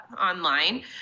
online